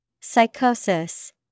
Psychosis